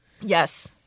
yes